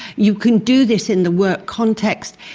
you can do this in the work context,